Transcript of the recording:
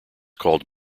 called